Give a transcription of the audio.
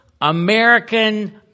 American